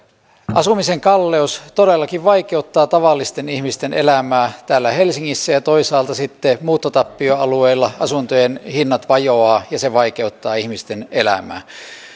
asumisen kalleus todellakin vaikeuttaa tavallisten ihmisten elämää täällä helsingissä ja toisaalta sitten muuttotappioalueilla asuntojen hinnat vajoavat ja se vaikeuttaa ihmisten elämää